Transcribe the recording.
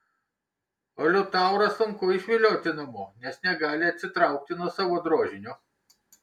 o liutaurą sunku išvilioti namo nes negali atsitraukti nuo savo drožinio